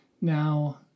Now